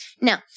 Now